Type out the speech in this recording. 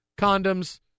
condoms